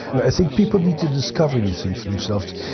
and i think people need to discover these things for themselves.